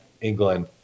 England